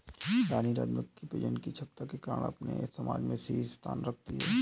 रानी मधुमक्खी प्रजनन की क्षमता के कारण अपने समाज में शीर्ष स्थान रखती है